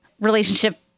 relationship